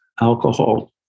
alcohol